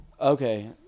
Okay